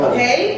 Okay